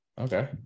Okay